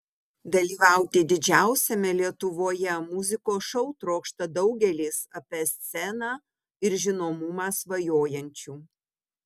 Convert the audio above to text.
dalyvauti didžiausiame lietuvoje muzikos šou trokšta daugelis apie sceną ir žinomumą svajojančių